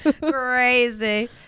crazy